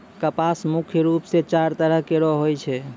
कपास मुख्य रूप सें चार तरह केरो होय छै